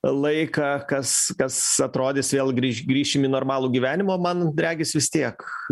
laiką kas kas atrodys vėl grįš grįšim į normalų gyvenimą man regis vis tiek